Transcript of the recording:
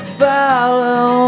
follow